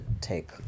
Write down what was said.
take